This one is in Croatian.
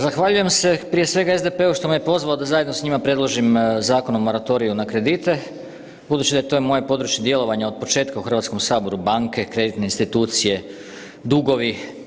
Zahvaljujem se prije svega SDP-u što me pozvao da zajedno s njima predložim Zakon o moratoriju na kredite, budući da je to moje područje djelovanja od početka u Hrvatskom saboru banke, kreditne institucije, dugovi.